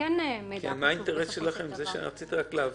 מה האינטרס של הצבא להעביר?